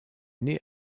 née